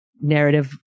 narrative